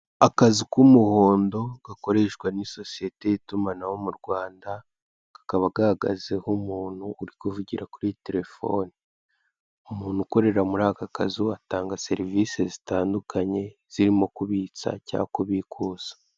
Akazu k'umuhondo gakoresha n'isosiyete y'itumanaho mu Rwanda, kakaba gahagazeho umuntu uri kuvugira kuri terefone, umuntu ukorera muri aka kazu atanga serivise zitandukanye zirimo kubitsa cyangwa kubikuza.